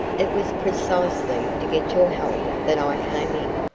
it was precisely to get your help that i came in.